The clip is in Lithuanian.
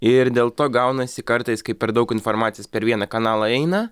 ir dėl to gaunasi kartais kai per daug informacijos per vieną kanalą eina